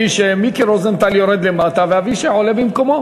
שמיקי רוזנטל יורד למטה ואבישי עולה במקומו.